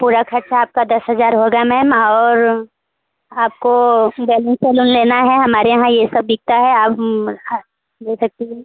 पूरा खर्चा आपका दस हजार होगा मैम और आपको बैलून सैलून लेना है हमारे यहाँ यह सब बिकता है आप ले सकती हैं